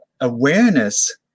awareness